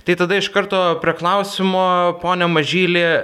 tai tada iš karto prie klausimo pone mažyli